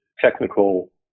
technical